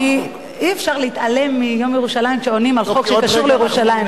אי-אפשר להתעלם מיום ירושלים כשעונים על חוק הקשור לירושלים,